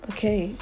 Okay